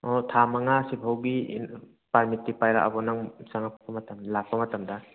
ꯑꯣ ꯊꯥ ꯃꯉꯥꯁꯤ ꯐꯥꯎꯒꯤ ꯄꯥꯔꯃꯤꯠꯇꯤ ꯄꯥꯏꯔꯛꯑꯕꯣ ꯅꯪ ꯆꯪꯉꯛꯄ ꯃꯇꯝ ꯂꯥꯛꯄ ꯃꯇꯝꯗ